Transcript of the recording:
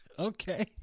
Okay